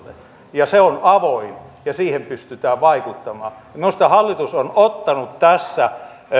se on avoin ja siihen pystytään vaikuttamaan minusta hallitus on ottanut tässä